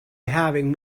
having